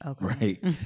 Right